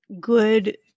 good